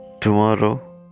tomorrow